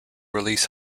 release